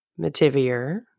Mativier